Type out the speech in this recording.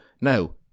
now